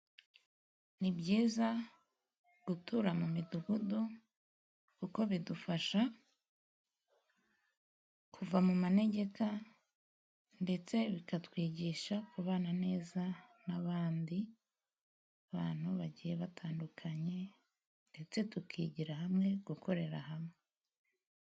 Ni byiza gutura mu midugudu kuko bidufasha kuva mu manegeka ndetse bikatwigisha kubana neza n'abandi, bantu bagiye batandukanye ndetse tukigira hamwe gukorera hamwe.